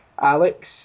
Alex